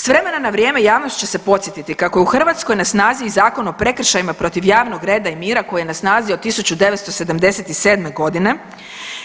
S vremena na vrijeme javnost će se podsjetiti kako je u Hrvatskoj na snazi i Zakon o prekršajima protiv javnog reda i mira koji je na snazi od 1977. godine